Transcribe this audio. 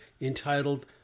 entitled